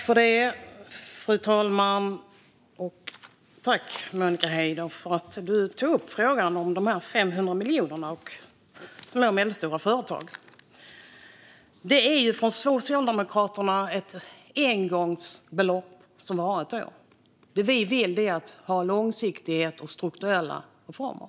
Fru talman! Tack, Monica Haider, för att du tog upp frågan om de 500 miljonerna och små och medelstora företag! Det är ett engångsbelopp från Socialdemokraterna som varar ett år, men det vi vill ha är långsiktighet och strukturella reformer.